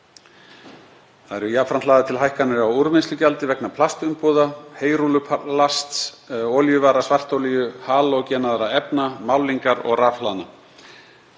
eru lagðar til hækkanir á úrvinnslugjaldi vegna plastumbúða, heyrúlluplasts, olíuvara, svartolíu, halogenaðra efna, málningar og rafhlaðna.